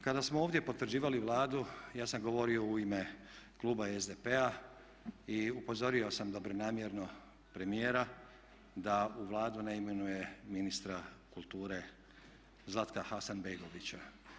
Kada smo ovdje potvrđivali Vladu ja sam govorio u ime kluba SDP-a i upozorio sam namjerno premijera da u Vladu ne imenuje ministra kulture Zlatka Hasanbegovića.